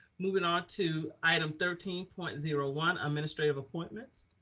moving on to item thirteen point zero one administrative appointments.